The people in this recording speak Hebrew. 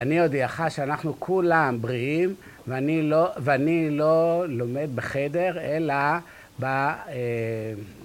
‫אני הודיעך שאנחנו כולם בריאים, ‫ואני לא לומד בחדר, אלא ב...